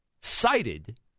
cited